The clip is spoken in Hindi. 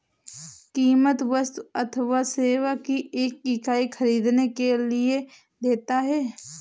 कीमत वस्तु अथवा सेवा की एक इकाई ख़रीदने के लिए देता है